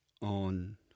on